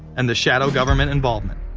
and the shadow government involvement.